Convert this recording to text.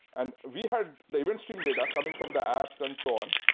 and we had the event stream data coming from the apps and so on,